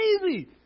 crazy